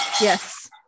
Yes